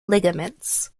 ligaments